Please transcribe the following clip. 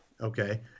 okay